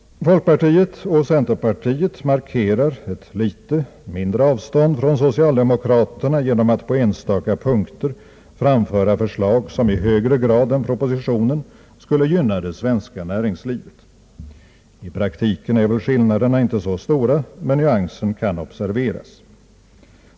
Folkpartiet och centerpartiet markerar ett litet mindre avstånd från socialdemokraterna genom att på enstaka punkter framföra förslag som i högre grad än propositionen skulle gynna det svenska näringslivet. I praktiken är väl skillnaderna inte så stora, men nyansen kan observeras.